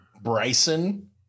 Bryson